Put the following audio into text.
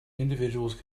individuals